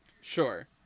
Sure